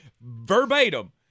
verbatim